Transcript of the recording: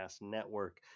Network